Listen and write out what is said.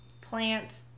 plant